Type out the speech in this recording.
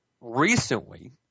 recently